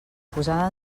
posada